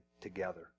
together